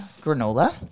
granola